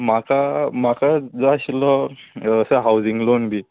म्हाका म्हाका जाय आशिल्लो असो हावजींग लोन बी